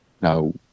Now